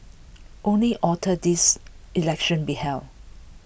only outer this elections be held